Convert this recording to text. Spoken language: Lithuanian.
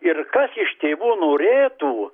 ir kas iš tėvų norėtų